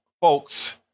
folks